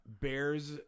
Bears